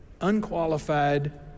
unqualified